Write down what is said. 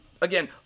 Again